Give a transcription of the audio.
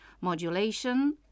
Modulation